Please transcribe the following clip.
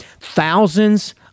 Thousands